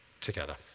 together